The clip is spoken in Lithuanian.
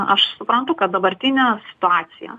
aš suprantu kad dabartinę situaciją